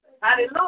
Hallelujah